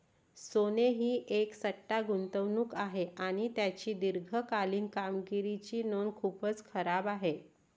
सोने ही एक सट्टा गुंतवणूक आहे आणि त्याची दीर्घकालीन कामगिरीची नोंद खूपच खराब आहे